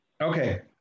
Okay